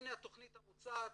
הנה התוכנית המוצעת.